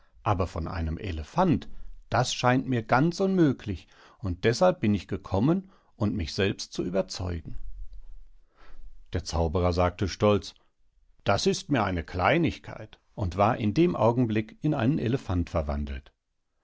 aber von einem elephant das scheint mir ganz unmöglich und deshalb bin ich gekommen und mich selbst zu überzeugen der zauberer sagte stolz das ist mir eine kleinigkeit und war in dem augenblick in einen elephant verwandelt